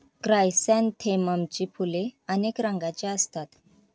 क्रायसॅन्थेममची फुले अनेक रंगांची असतात